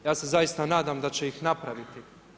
Ja se zaista nadam da će ih napraviti.